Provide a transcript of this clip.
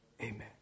amen